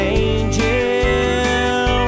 angel